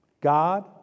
God